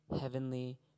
heavenly